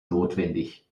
notwendig